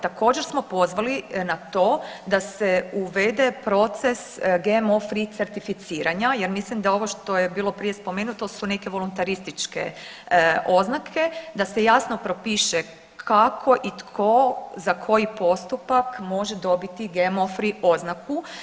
Također smo pozvali na to da se uvede proces GMO free certificiranja jer mislim da je ovo što je prije bilo spomenuto su neke voluntarističke oznake da se jasno propiše kako i tko, za koji postupak može dobiti GMO free oznaku.